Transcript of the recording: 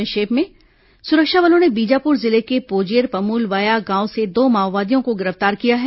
संक्षिप्त समाचार सुरक्षा बलों ने बीजापुर जिले के पोजेर पमूलवाया गांव से दो माओवादियों को गिरफ्तार किया है